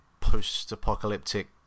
post-apocalyptic